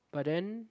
but then